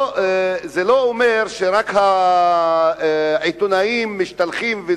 זה לא אומר שרק העיתונאים משתלחים.